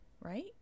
right